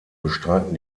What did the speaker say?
bestreiten